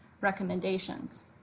recommendations